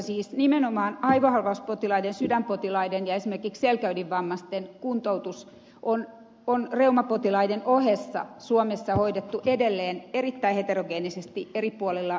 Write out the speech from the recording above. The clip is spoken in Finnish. siis nimenomaan aivohalvauspotilaiden sydänpotilaiden ja esimerkiksi selkäydinvammaisten kuntoutus on reumapotilaiden ohessa suomessa hoidettu edelleen erittäin heterogeenisesti eri puolilla valtakuntaa